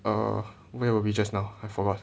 err where were we just now I forgot